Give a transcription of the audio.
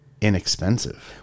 inexpensive